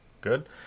good